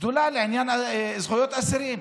שדולה לעניין זכויות אסירים.